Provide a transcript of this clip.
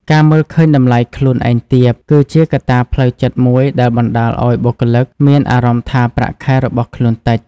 ការមើលឃើញតម្លៃខ្លួនឯងទាប គឺជាកត្តាផ្លូវចិត្តមួយដែលបណ្ដាលឲ្យបុគ្គលិកមានអារម្មណ៍ថាប្រាក់ខែរបស់ខ្លួនតិច។